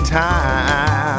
time